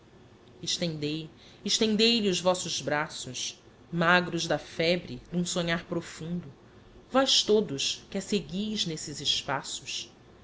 estendei estendei lhe os vossos braços magros da febre d'um sonhar profundo vós todos que a seguis n'esses espaços